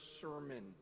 sermon